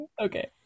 Okay